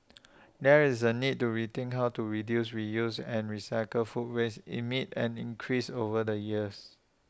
there is A need to rethink how to reduce reuse and recycle food waste amid an increase over the years